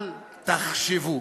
אל תחשבו